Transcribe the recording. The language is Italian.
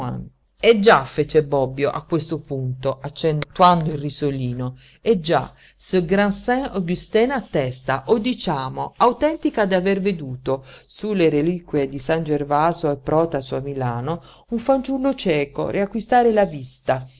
eh già fece bobbio a questo punto accentuando il risolino eh già ce grand sainct augustin attesta o diciamo autentica d'aver veduto su le reliquie di san gervaso e protaso a milano un fanciullo cieco riacquistare la vista